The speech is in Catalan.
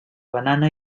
banana